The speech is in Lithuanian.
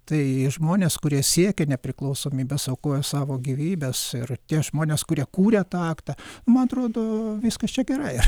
tai žmonės kurie siekia nepriklausomybės aukoja savo gyvybes ir tie žmonės kurie kūrė tą aktą man atrodo viskas čia gerai